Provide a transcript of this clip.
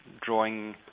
drawing